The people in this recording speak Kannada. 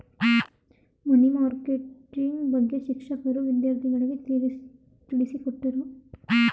ಮನಿ ಮಾರ್ಕೆಟಿಂಗ್ ಬಗ್ಗೆ ಶಿಕ್ಷಕರು ವಿದ್ಯಾರ್ಥಿಗಳಿಗೆ ತಿಳಿಸಿಕೊಟ್ಟರು